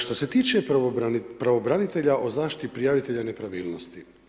Što se tiče pravobranitelja o zaštiti prijavitelja nepravilnosti.